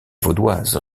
vaudoises